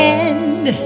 end